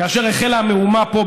כאשר החלה המהומה פה,